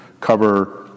cover